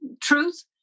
Truth